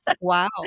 Wow